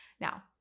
Now